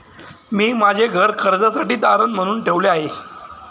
मी माझे घर कर्जासाठी तारण म्हणून ठेवले आहे